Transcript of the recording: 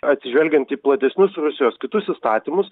atsižvelgiant į platesnius rusijos kitus įstatymus